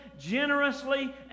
generously